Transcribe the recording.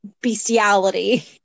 bestiality